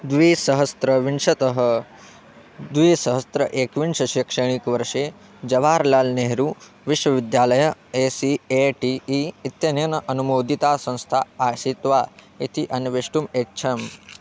द्विसहस्रविंशतितः द्विसहस्र एकविंशति शैक्षणिकवर्षे जवहर्लाल् नेहरू विश्वविद्यालय A C A T E इत्यनेन अनुमोदिता संस्था आसीत् वा इति अन्वेष्टुम् ऐच्छम्